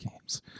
Games